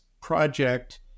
project